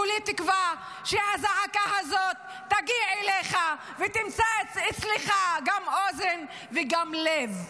כולי תקווה שהזעקה הזאת תגיע אליך ותמצא אצלך גם אוזן וגם לב.